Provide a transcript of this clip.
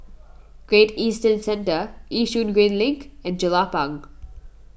Great Eastern Centre Yishun Green Link and Jelapang